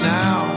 now